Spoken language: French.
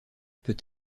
peut